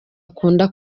akunda